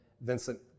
Vincent